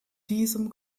diesem